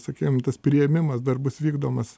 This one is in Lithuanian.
sakykim tas priėmimas dar bus vykdomas